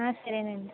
ఆ సరేనండి